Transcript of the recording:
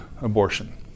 abortion